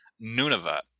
Nunavut